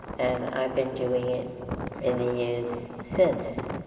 and i've been doing it in the years since.